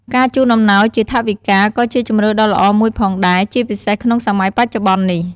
ការជូនអំណោយជា ថវិកា ក៏ជាជម្រើសដ៏ល្អមួយផងដែរ ជាពិសេសក្នុងសម័យបច្ចុប្បន្ននេះ។